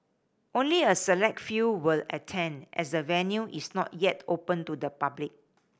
only a select few will attend as the venue is not yet open to the public